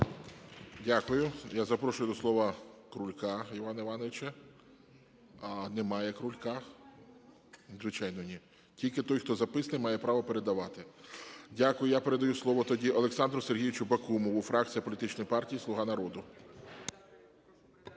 Дякую. Я запрошую до слова Крулька Івана Івановича. Немає Крулька. Звичайно, ні. Тільки той, хто записаний, має право передавати. Дякую. Я передаю слово тоді Олександру Сергійовичу Бакумову, фракція політичної партії "Слуга народу".